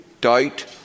doubt